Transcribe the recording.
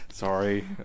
Sorry